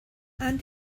and